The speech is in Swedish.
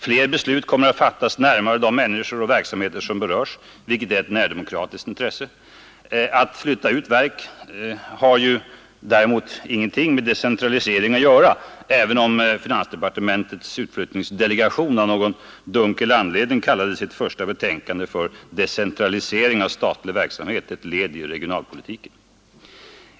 Fler beslut kommer att fattas närmare de människor och verksamheter som berörs, vilket är ett närdemokratiskt intresse. Att flytta ut verk har ju däremot ingenting med decentralisering att göra, även om finansdepartementets utflyttningsdelegation av någon dunkel anledning kallade sitt första betänkande för ”Decentralisering av statlig verksamhet — ett led i regionalpolitiken”.